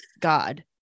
God